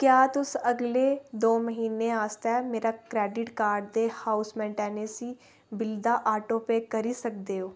क्या तुस अगले दो म्हीनें आस्तै मेरे क्रेडिट कार्ड ते हाउस मेंटेनैंस बिल दा आटो पेऽ करी सकदे ओ